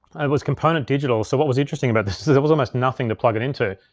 was component digital, so what was interesting about this this is there was almost nothing to plug it into.